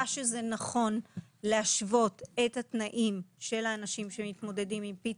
שזה נכון להשוות את התנאים של האנשים שמתמודדים עם PTSD,